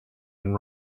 and